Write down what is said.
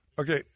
Okay